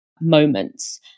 moments